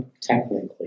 technically